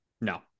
No